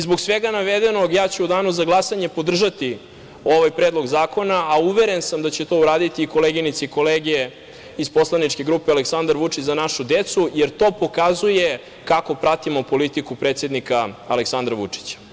Zbog svega navedenog, ja ću u danu za glasanje podržati ovaj predlog zakona, a uveren sam da će to uraditi i koleginice i kolege iz poslaničke grupe Aleksandar Vučić – Za našu decu, jer to pokazuje kako pratimo politiku predsednika Aleksandra Vučića.